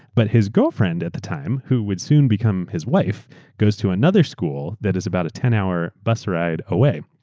but his girlfriend at the time who would soon become his wife goes to another school that is about a ten hour bus ride away.